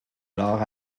alors